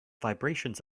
vibrations